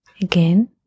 again